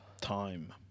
time